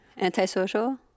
Antisocial